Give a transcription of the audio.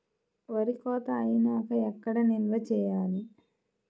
వరి కోత అయినాక ఎక్కడ నిల్వ చేయాలి?